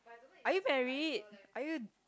are you married are you